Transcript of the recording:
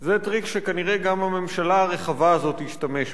זה טריק שכנראה גם הממשלה הרחבה הזאת תשתמש בו.